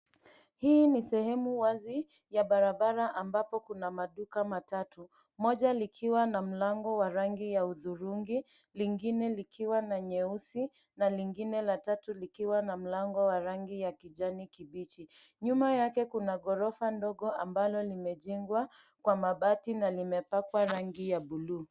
Hii ni sehemu wazi ya barabara ambapo kuna maduka matatu: mmoja likiwa na mlango wa rangi ya hudhurungi, lingine likiwa na nyeusi, na lingine la tatu likiwa na mlango wa rangi ya kijani kibichi. Nyuma yake kuna gorofa ndogo ambalo limejengwa kwa mabati na limepakwa rangi ya bluu.